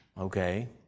Okay